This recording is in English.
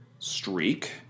Streak